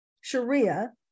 Sharia